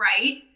right